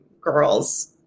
girls